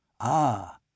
Ah